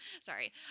sorry